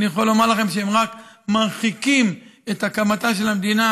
אני יכול לומר לכם שהם רק מרחיקים את הקמתה של המדינה,